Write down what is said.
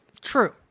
True